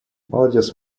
молодец